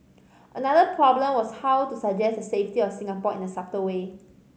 another problem was how to suggest the safety of Singapore in a subtle way